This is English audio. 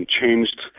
changed